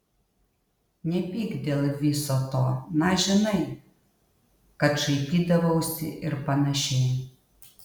nepyk dėl viso to na žinai kad šaipydavausi ir panašiai